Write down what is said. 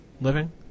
living